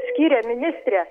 skyrė ministrė